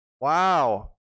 Wow